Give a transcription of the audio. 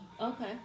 Okay